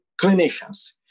clinicians